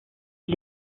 est